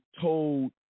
told